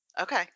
okay